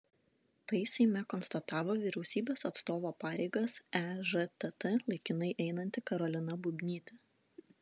tai seime konstatavo vyriausybės atstovo pareigas ežtt laikinai einanti karolina bubnytė